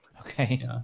okay